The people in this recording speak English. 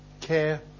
care